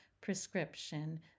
prescription